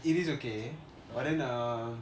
it is okay but then uh